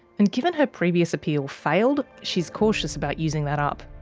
and given her previous appeal failed, she's cautious about using that up.